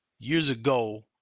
years ago,